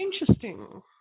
interesting